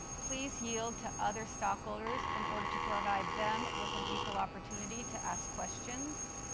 please yield to other stockholders in order to provide them with an equal opportunity to ask questions.